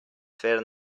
fer